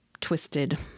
twisted